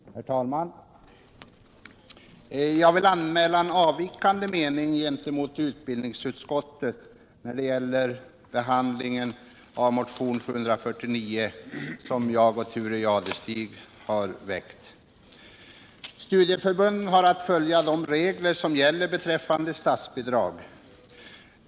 Herr talman! Jag vill anmäla en avvikande mening gentemot utbildningsutskottet då det gäller behandlingen av motion 749, som jag och Thure Jadestig har väckt. Studieförbunden har att följa de regler som gäller beträffande statsbidrag.